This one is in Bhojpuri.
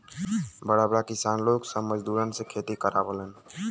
बड़ा बड़ा किसान लोग सब मजूरन से खेती करावलन